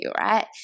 right